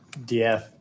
DF